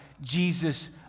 Jesus